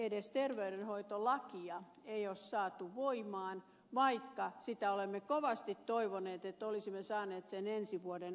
edes terveydenhoitolakia ei ole saatu voimaan vaikka olemme kovasti toivoneet että olisimme saaneet sen ensi vuoden alusta